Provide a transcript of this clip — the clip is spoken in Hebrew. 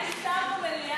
אדוני, אין שר במליאה.